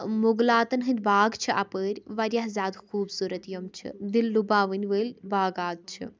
مُغلاتَن ہٕنٛدۍ باغ چھِ اَپٲرۍ واریاہ زیادٕ خوٗبصوٗرت یِم چھِ دِل لُباوٕنۍ وٲلۍ باغات چھِ